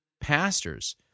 pastors